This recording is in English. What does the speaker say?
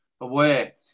away